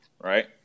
right